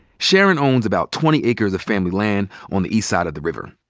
sharon owns about twenty acres of family land on the east side of the river.